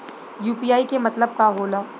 UPI के मतलब का होला?